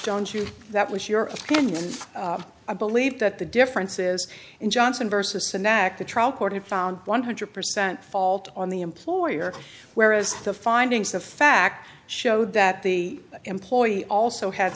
don't you that was your opinion i believe that the differences in johnson versus enact the trial court found one hundred percent fault on the employer whereas the findings of fact showed that the employee also had